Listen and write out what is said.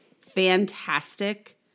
fantastic